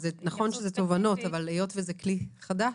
זה נכון שזה תובענות, אבל היות שזה כלי חדש